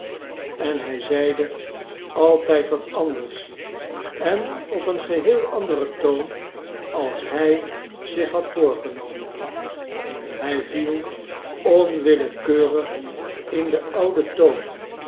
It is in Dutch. en hij zeide altijd wat anders en op een geheel anderen toon als hij zich had voorgenomen hij viel onwillekeurig in zijn ouden toon